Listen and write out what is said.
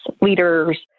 leaders